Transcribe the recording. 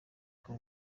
ubwo